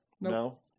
No